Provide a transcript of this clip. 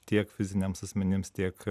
tiek fiziniams asmenims tiek